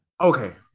Okay